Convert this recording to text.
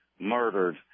murdered